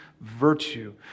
virtue